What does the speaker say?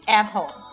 Apple